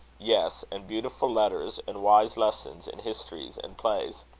yes and beautiful letters and wise lessons and histories and plays.